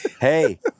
Hey